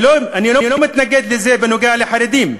אני לא מתנגד לזה בנוגע לחרדים,